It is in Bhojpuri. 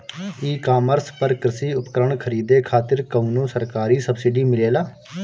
ई कॉमर्स पर कृषी उपकरण खरीदे खातिर कउनो सरकारी सब्सीडी मिलेला?